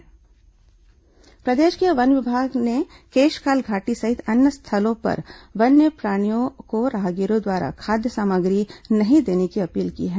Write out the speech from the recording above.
one विभाग अपील प्रदेश के वन विभाग ने केशकाल घाटी सहित अन्य स्थानों पर वन्य प्राणियों को राहगीरों द्वारा खाद्य सामग्री नहीं देने की अपील की है